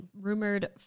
Rumored